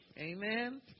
Amen